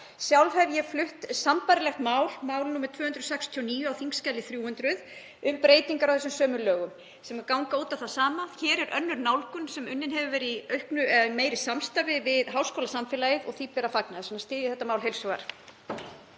Sjálf hef ég flutt sambærilegt mál, nr. 269 á þskj. 300, um breytingar á þessum sömu lögum sem ganga út á það sama. Hér er önnur nálgun sem unnin hefur verið í meira samstarfi við háskólasamfélagið og því ber að fagna. Þess vegna styð ég þetta mál heils hugar.